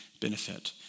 benefit